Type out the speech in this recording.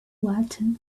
water